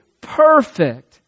perfect